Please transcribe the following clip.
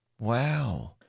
Wow